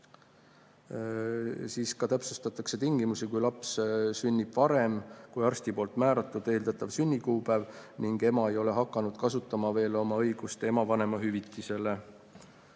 Ka täpsustatakse tingimusi, kui laps sünnib varem kui arsti määratud eeldatav sünnikuupäev ning ema ei ole hakanud veel kasutama oma õigust ema vanemahüvitisele.